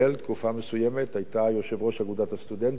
תקופה מסוימת היתה יושבת-ראש אגודת הסטודנטים